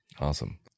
Awesome